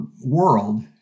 world